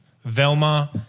Velma